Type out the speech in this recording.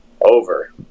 over